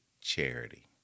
charity